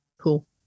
cool